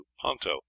Ponto